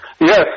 Yes